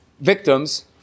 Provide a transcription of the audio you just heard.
victims